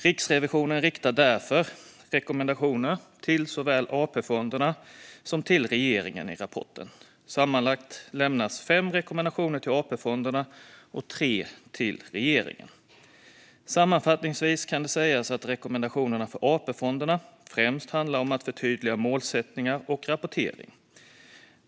Riksrevisionen riktar därför rekommendationer såväl till AP-fonderna som till regeringen i rapporten. Sammanlagt lämnas fem rekommendationer till AP-fonderna och tre till regeringen. Sammanfattningsvis kan det sägas att rekommendationerna för AP-fonderna främst handlar om att förtydliga målsättningar och rapportering.